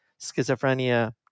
schizophrenia